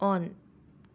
ꯑꯣꯟ